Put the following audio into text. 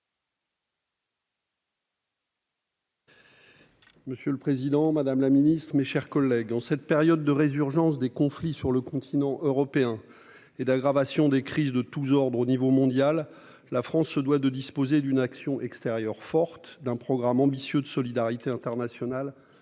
Monsieur le président, madame la ministre, mes chers collègues, en cette période de résurgence des conflits sur le continent européen et d'aggravation des crises de tous ordres au niveau mondial, la France se doit de disposer d'une action extérieure forte, d'un programme ambitieux de solidarité internationale